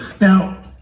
Now